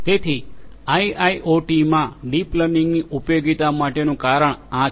તેથી આઇઆઇઓટીમાં ડીપ લર્નિંગની ઉપયોગીતા માટેનું કારણ આ છે